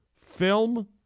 film